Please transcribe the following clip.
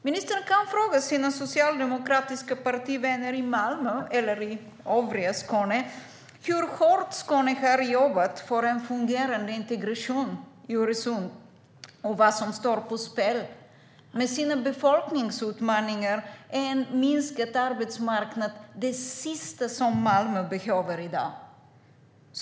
Ministern kan fråga sina socialdemokratiska partivänner i Malmö eller i övriga Skåne hur hårt Skåne har jobbat för en fungerande integration vid Öresund och vad som står på spel. Befolkningsutmaningarna och en minskad arbetsmarknad är det sista som Malmö behöver i dag.